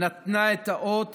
נתנה את האות